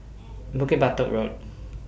Bukit Batok Road